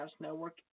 Network